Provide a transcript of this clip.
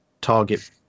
target